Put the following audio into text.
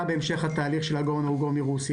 בהמשך התהליך של Go / No Go מרוסיה.